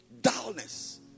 Dullness